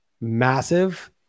massive